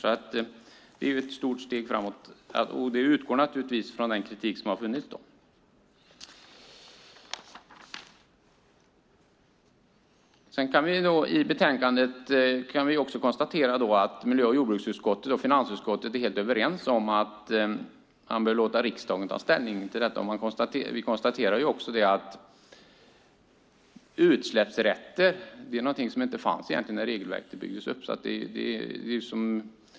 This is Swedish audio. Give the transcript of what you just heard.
Det är alltså ett stort steg framåt. Utgångspunkten är då naturligtvis den kritik som förekommit. I fråga om betänkandet kan vi konstatera att miljö och jordbruksutskottet och finansutskottet är helt överens om att man bör låta riksdagen ta ställning till frågan. Vi konstaterar också att utsläppsrätterna är något som inte fanns när regelverket byggdes upp.